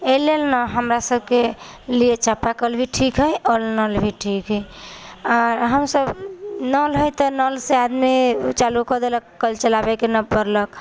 एहि लेल ने हमरा सभके लिअऽ चापा कल भी ठीक हइ आओर नल भी ठीक हइ आओर हम सभ नल हइ तऽ नलसँ आदमी ओ चालू करि देलक कल चलाबैके नहि पड़लक